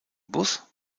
bus